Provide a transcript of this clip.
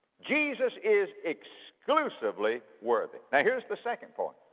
jesus is exclusively worthy. now, here's the second point,